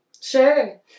Sure